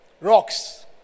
rocks